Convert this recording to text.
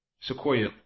Sequoia